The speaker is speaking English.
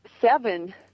seven